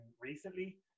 recently